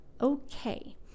Okay